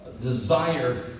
Desire